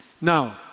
Now